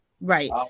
Right